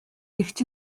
эгч